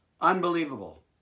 Unbelievable